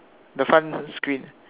the front screen